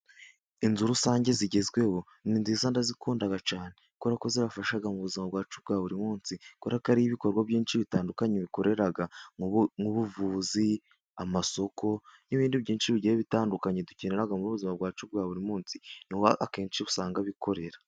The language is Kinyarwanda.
Inzu rusange zigezweho ni nziza ndazikunda cyane, kubera kuko zabafasha mu buzima bwacu bwa buri munsi kubera ko ibikorwa byinshi bitandukanye ariho bikorera; nk'ubuvuzi, amasoko n'ibindi byinshi bigiye bitandukanye dukenera mu buzima bwacu bwa buri munsi, niho akenshi usanga bikorera.